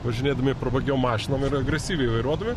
važinėdami prabangiom mašinom ir agresyviai vairuodami